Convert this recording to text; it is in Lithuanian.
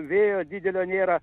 vėjo didelio nėra